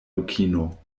dukino